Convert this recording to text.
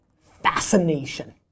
fascination